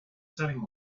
selling